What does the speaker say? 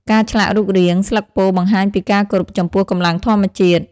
ការឆ្លាក់រូបរាង ស្លឹកពោធិ៍បង្ហាញពីការគោរពចំពោះកម្លាំងធម្មជាតិ។